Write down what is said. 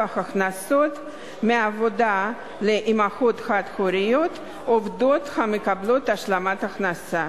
ההכנסות מעבודה לאמהות חד-הוריות עובדות המקבלות השלמת הכנסה,